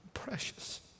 Precious